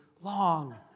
long